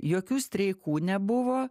jokių streikų nebuvo